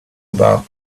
about